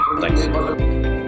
Thanks